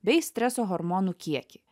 bei streso hormonų kiekį